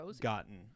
gotten